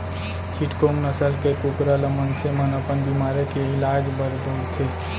चिटगोंग नसल के कुकरा ल मनसे मन अपन बेमारी के इलाज बर बउरथे